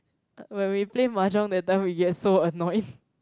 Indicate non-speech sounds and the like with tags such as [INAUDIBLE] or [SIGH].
when we play mahjong that time we get so annoyed [LAUGHS]